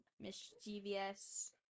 mischievous